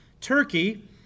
Turkey